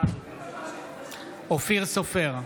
אופיר סופר,